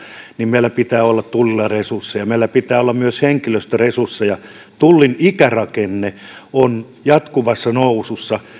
niin meillä pitää olla tullilla resursseja meillä pitää olla myös henkilöstöresursseja tullin ikärakenne on jatkuvassa nousussa